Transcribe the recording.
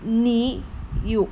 你有